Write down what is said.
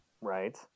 right